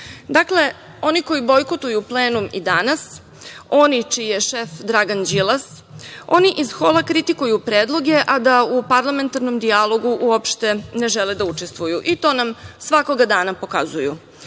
oni koji bojkotuju plenum i danas, oni čiji je šef Dragan Đilas, oni iz hola kritikuju predloge, a da u parlamentarnom dijalogu uopšte ne žele da učestvuju i to nam svakoga dana pokazuju.